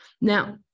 now